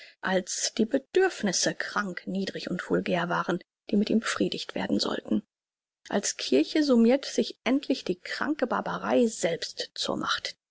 als die bedürfnisse krank niedrig und vulgär waren die mit ihm befriedigt werden sollten als kirche summirt sich endlich die kranke barbarei selbst zur macht